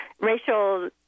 racial